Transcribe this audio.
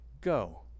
Go